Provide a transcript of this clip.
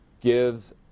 gives